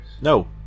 No